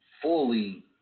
Fully